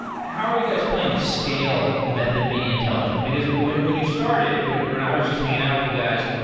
how are you guys playing to scale method media intelligence? because when when you started, when when i was just hanging out with you guys,